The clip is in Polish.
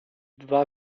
dwa